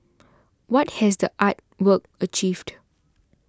what has the art work achieved